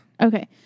Okay